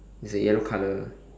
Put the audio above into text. it's a yellow colour